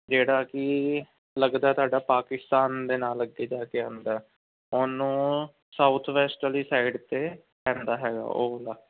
ਜਿਹੜਾ ਕਿ ਲੱਗਦਾ ਤੁਹਾਡਾ ਪਾਕਿਸਤਾਨ ਦੇ ਨਾਲ ਅੱਗੇ ਜਾ ਕੇ ਆਉਂਦਾ ਹੈ ਉਹਨੂੰ ਸਾਊਥ ਵੈਸਟ ਵਾਲੀ ਸਾਈਡ 'ਤੇ ਪੈਂਦਾ ਹੈਗਾ ਉਹ ਵਾਲਾ